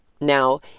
Now